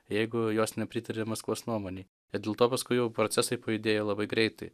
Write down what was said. jeigu jos nepritaria maskvos nuomonei ir dėl to paskui jau procesai pajudėjo labai greitai